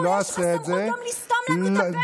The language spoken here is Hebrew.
ברור, יש לך סמכות גם לסתום לנו את הפה.